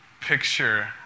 picture